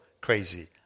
crazy